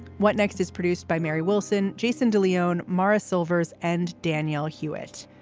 what next is produced by mary wilson. jason de leon morris silvers and danielle hewitt.